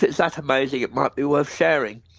that amazing it might be worth sharing.